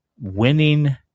winning